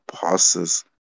passes